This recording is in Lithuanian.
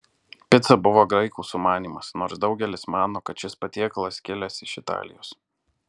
pica buvo graikų sumanymas nors daugelis mano kad šis patiekalas kilęs iš italijos